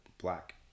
black